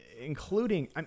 including